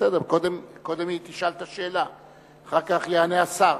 קודם היא תשאל את השאלה ואחר כך יענה השר,